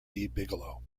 bigelow